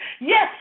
yes